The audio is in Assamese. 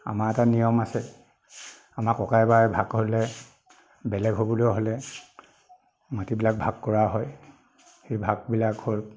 আমাৰ এটা নিয়ম আছে আমাৰ ককাই ভাই ভাগ কৰিলে বেলেগ হ'বলৈ হ'লে মাটিবিলাক ভাগ কৰা হয় সেই ভাগবিলাক হৈ